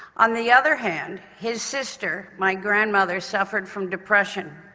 on the other hand his sister, my grandmother, suffered from depression.